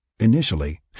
Initially